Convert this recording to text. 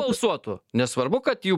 balsuotų nesvarbu kad jų